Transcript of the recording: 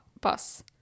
bus